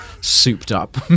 souped-up